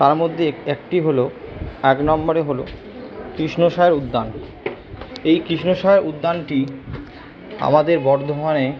তার মধ্যে একটি হলো এক নম্বরে হলো কৃষ্ণসায়র উদ্যান এই কৃষ্ণসায়র উদ্যানটি আমাদের বর্ধমানে